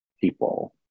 people